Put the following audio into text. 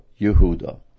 Yehuda